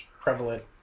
prevalent